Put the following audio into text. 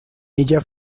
ella